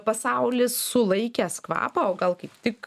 pasaulis sulaikęs kvapą o gal kaip tik